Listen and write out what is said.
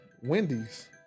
Wendy's